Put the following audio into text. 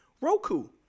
Roku